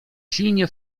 silnie